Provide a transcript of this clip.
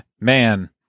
Man